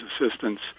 assistance